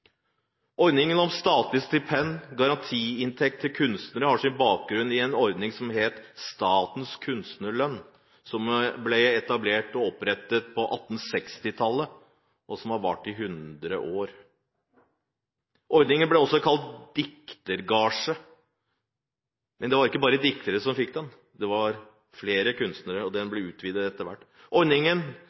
Ordningen med statlige stipend og garantiinntekter til kunstnere har sin bakgrunn i en ordning som het statens «kunstnerlønn», som ble opprettet på 1860-tallet, og som varte i 100 år. Ordningen ble også kalt diktergasje, men det var ikke bare diktere som fikk den. Det var flere kunstnere, og dette ble utvidet etter hvert.